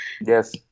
Yes